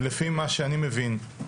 לפי מה שאני מבין,